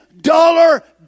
dollar